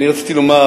אני רציתי לומר